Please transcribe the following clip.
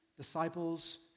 disciples